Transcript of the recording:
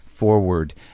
forward